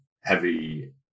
heavy